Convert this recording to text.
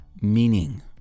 meaning